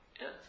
yes